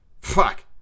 Fuck